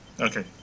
Okay